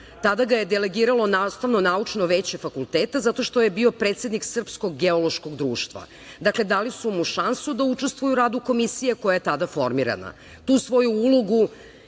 Tada ga je delegiralo Nastavno naučno veće fakulteta zato što je bio predsednik Srpskog geološkog društva. Dakle, dali su mu šansu da učestvuje u radu komisije koja je tada formirana. Tu svoju ulogu